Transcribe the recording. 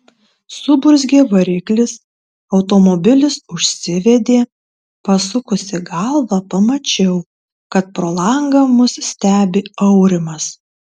suburzgė variklis automobilis užsivedė pasukusi galvą pamačiau kad pro langą mus stebi aurimas